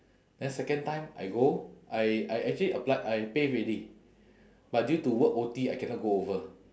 then second time I go I I actually applied I pay already but due to work O_T I cannot go over